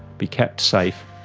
be kept safe,